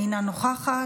אינה נוכחת.